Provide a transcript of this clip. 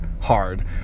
hard